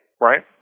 right